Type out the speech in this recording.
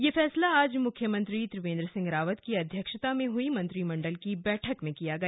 यह फैसला आज मुख्यमंत्री त्रिवेंद्र सिंह रावत की अध्यक्षता में हुई मंत्रिमंडल की बैठक में किया गया